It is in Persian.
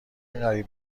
قریب